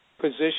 position